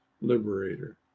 Liberator